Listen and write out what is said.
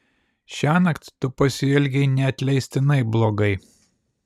šiąnakt tu pasielgei neatleistinai blogai